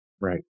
Right